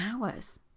hours